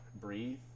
breathe